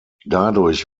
dadurch